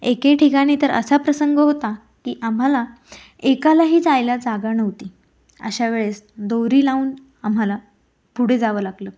एके ठिकाणी तर असा प्रसंग होता की आम्हाला एकालाही जायला जागा नव्हती अशा वेळेस दोरी लावून आम्हाला पुढे जावं लागलं